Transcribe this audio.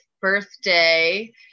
birthday